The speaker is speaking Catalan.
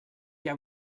què